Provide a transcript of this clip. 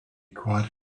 quite